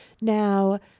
Now